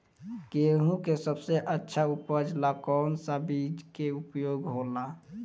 गेहूँ के सबसे अच्छा उपज ला कौन सा बिज के उपयोग होला?